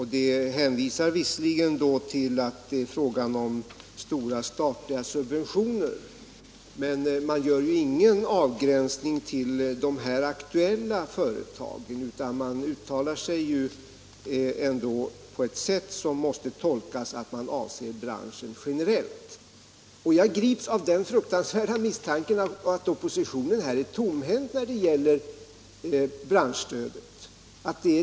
Man hänvisar visserligen till att det förekommer stora statliga subventioner på området, men man gör ingen avgränsning till de nu aktuella företagen utan uttalar sig på ett sätt som måste tolkas så att man avser branschen generellt. Jag grips av den fruktansvärda misstanken att oppositionen är tomhänt när det gäller branschpolitiken.